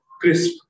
crisp